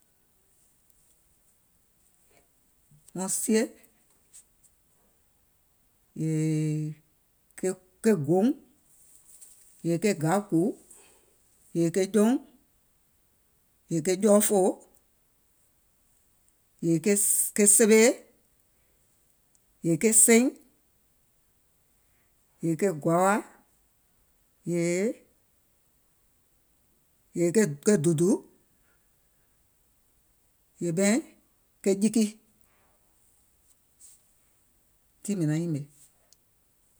Wɔŋ sie, yèèèè ke ke gouŋ, yèè ke gaù kùù, yèè ke jɔuŋ, yèè ke jɔɔfòo, yèè ke sewee, yèè ke seiŋ, yèè ke gɔawà, yèè ke dùdù, yèè ɓɛìŋ ke jiki, tii mìŋ naŋ nyìmè.